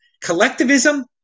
Collectivism